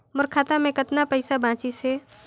मोर खाता मे कतना पइसा बाचिस हे?